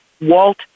Walt